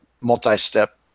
multi-step